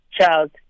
child